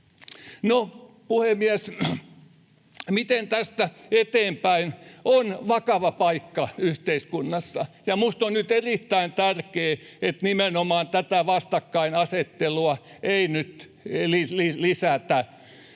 No, puhemies, se, miten tästä eteenpäin, on vakava paikka yhteiskunnassa, ja minusta on nyt erittäin tärkeää, että nimenomaan tätä vastakkainasettelua ei nyt lisätä,